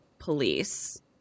police